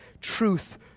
truth